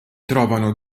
trovano